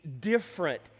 different